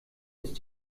ist